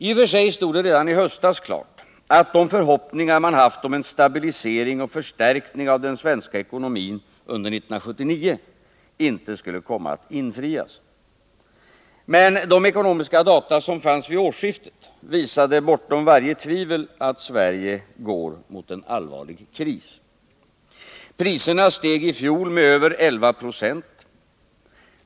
I och för sig stod det redan i höstas klart, att de förhoppningar man haft om en stabilisering och förstärkning av den svenska ekonomin under 1979 inte skulle komma att infrias. Men de ekonomiska data som fanns vid årsskiftet visade bortom varje tvivel att Sverige går mot en allvarlig kris. Priserna steg i fjol med över 1196.